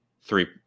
three